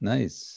Nice